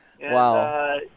Wow